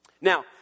Now